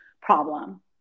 problem